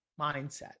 mindset